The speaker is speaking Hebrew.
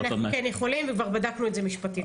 --- אנחנו כן יכולים וכבר בדקנו את זה משפטית,